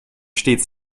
stets